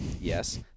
Yes